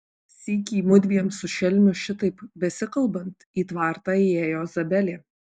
sykį mudviem su šelmiu šitaip besikalbant į tvartą įėjo zabelė